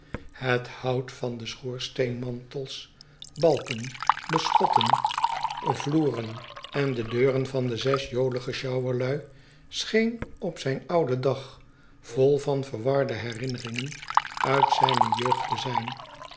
het hout van de schoorsteenmantels balken beschotten vloeren en dearen van de zes jolige sjouwerlui scheen op zijn ouden dag vol van vervarde herinneringen uit zijne jeugd te zijn